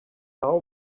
how